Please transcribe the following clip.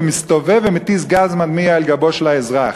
מסתובב ומתיז גז מדמיע על גבו של האזרח.